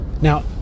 now